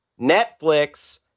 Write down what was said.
Netflix